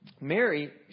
Mary